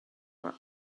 were